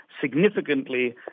significantly